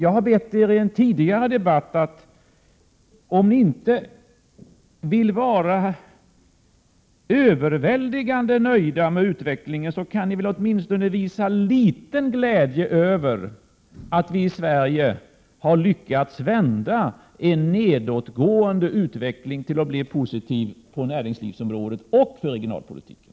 I en tidigare debatt har jag sagt att om ni inte vill vara överväldigande nöjda med utvecklingen, kan ni väl åtminstone visa litet glädje över att vi i Sverige har lyckats vända en nedåtgående utveckling till en positiv utveckling på näringslivsområdet och för regionalpolitiken.